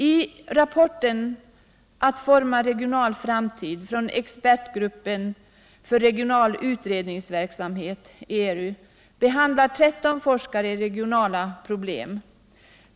I rapporten Att forma regional framtid, från expertgruppen för regional utredningsverksamhet, ERU, behandlar 13 forskare regionala problem.